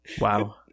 Wow